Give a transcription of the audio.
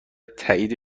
تایید